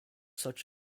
such